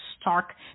stark